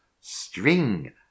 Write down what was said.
string